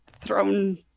thrown